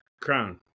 crown